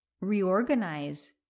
reorganize